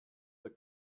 der